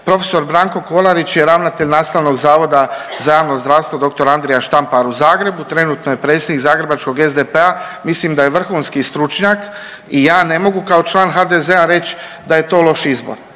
profesor Branko Kolarić je ravnatelj Nastavnog zavoda za javno zdravstvo dr. Andrija Štampar u Zagrebu. Trenutno je predsjednik zagrebačkog SDP-a, mislim da je vrhunski stručnjak i ja ne mogu kao član HDZ-a reći da je to loš izbor.